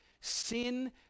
sin